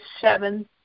seven